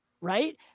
right